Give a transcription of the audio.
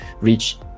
reach